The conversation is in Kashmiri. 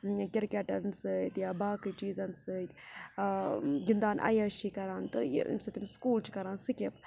کِرکَٹَن سۭتۍ یا باقٕے چیٖزَن سۭتۍ گِنٛدان اَیٲشی کَران تہٕ ییٚمہِ سۭتۍ تٔمِس سکوٗل چھِ کَران سِکِپ